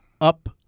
up